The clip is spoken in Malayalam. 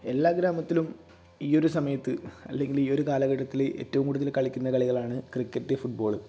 എല്ലാ ഗ്രാമത്തിലും ഈ ഒരു സമയത്ത് അല്ലെങ്കിൽ ഈ ഒരു കാലഘട്ടത്തിൽ ഏറ്റവും കൂടുതൽ കളിക്കുന്ന കളികളാണ് ക്രിക്കറ്റ് ഫുട് ബോൾ